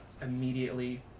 immediately